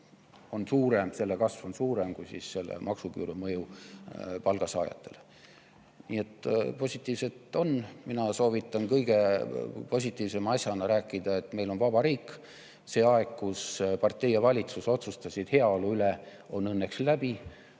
on suurem, selle kasv on suurem kui maksuküüru mõju palga saajatele. Nii et positiivset on. Mina soovitan kõige positiivsema asjana rääkida, et meil on vaba riik. See aeg, kus partei ja valitsus otsustasid heaolu üle, on õnneks läbi.